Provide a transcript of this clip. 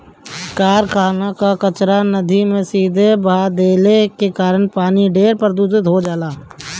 कारखाना कअ कचरा नदी में सीधे बहा देले के कारण पानी ढेर प्रदूषित हो जाला